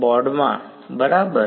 બોર્ડમાં બરાબર